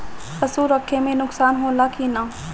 पशु रखे मे नुकसान होला कि न?